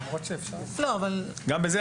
גם בזה,